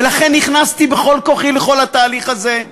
ולכן נכנסתי בכל כוחי לכל התהליך הזה,